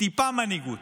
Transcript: טיפה מנהיגות.